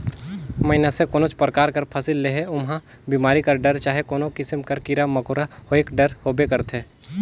मइनसे कोनोच परकार कर फसिल लेहे ओम्हां बेमारी कर डर चहे कोनो किसिम कर कीरा मकोरा होएक डर होबे करथे